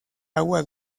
agua